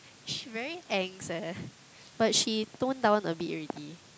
she very angst eh but she tone down a bit already